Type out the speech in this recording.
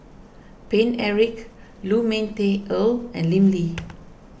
Paine Eric Lu Ming Teh Earl and Lim Lee